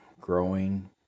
growing